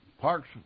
Parks